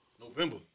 November